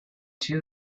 two